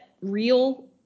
real